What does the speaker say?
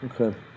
Okay